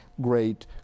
great